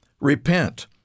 repent